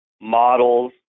models